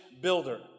builder